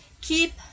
keep